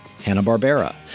Hanna-Barbera